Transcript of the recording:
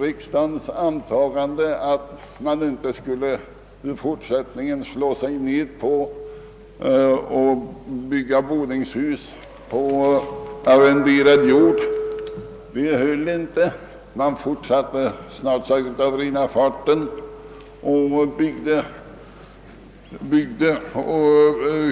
Riksdagen antog, när den fattade beslut om denna lag, att det i fortsättningen inte skulle komma att byggas boningshus på arrenderad mark. Det antagandet höll inte. Man fortsatte av bara farten att bygga